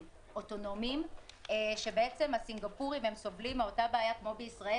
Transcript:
אוטונומיים שבעצם הסינגפורים סובלים מאותה בעיה כמו בישראל,